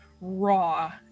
raw